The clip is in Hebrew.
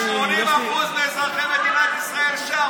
אני, יש לי, 80% מאזרחי מדינת ישראל שם.